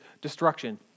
destruction